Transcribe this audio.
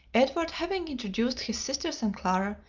edward, having introduced his sisters and clara,